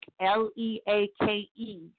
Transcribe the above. L-E-A-K-E